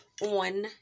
on